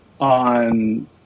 on